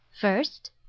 first